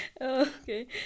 okay